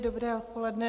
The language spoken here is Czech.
Dobré odpoledne.